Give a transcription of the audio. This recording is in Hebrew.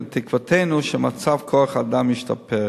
ותקוותנו שמצב כוח האדם ישתפר.